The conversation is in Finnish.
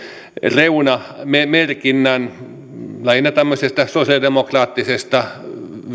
reunamerkinnän lähinnä tämmöisestä sosialidemokraattisesta